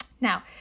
Now